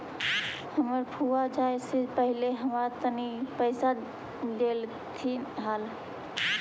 हमर फुआ जाए से पहिले हमरा तनी मनी पइसा डेलथीन हल